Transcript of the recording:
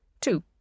Two